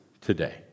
today